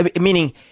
Meaning